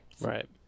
right